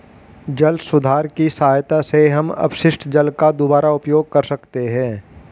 जल सुधार की सहायता से हम अपशिष्ट जल का दुबारा उपयोग कर सकते हैं